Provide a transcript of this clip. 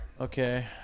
Okay